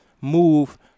move